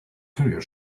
courier